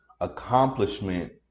accomplishment